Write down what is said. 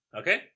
Okay